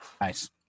Nice